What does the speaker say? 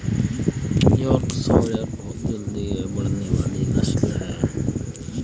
Yorkshire बहुत जल्दी बढ़ने वाली नस्ल है